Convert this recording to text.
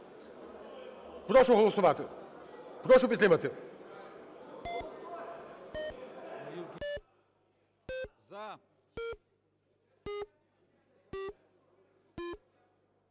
Прошу голосувати, прошу підтримати.